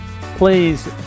please